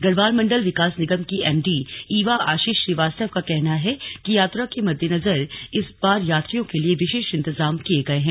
गढ़वाल मंडल विकास निगम की MD Eva Ashish Srivastava का कहना है यात्रा के मद्देनजर इस बार यात्रियों के लिए विशेष इंतजाम किए गए हैं